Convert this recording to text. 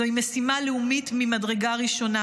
זוהי משימה לאומית ממדרגה ראשונה,